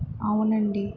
అవునండి